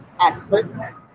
expert